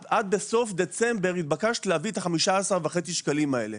את בסוף דצמבר התבקשת להביא את ה-15.5 שקלים האלה,